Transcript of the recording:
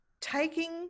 taking